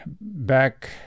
Back